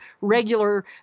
regular